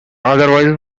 otherwise